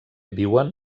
viuen